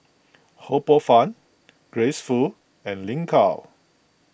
Ho Poh Fun Grace Fu and Lin Gao